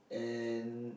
and